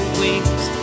wings